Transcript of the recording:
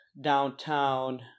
downtown